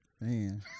Man